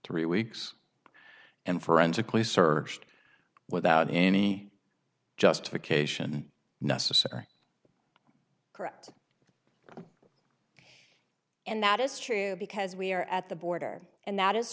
three weeks and forensically searched without any justification necessary correct and that is true because we are at the border and that is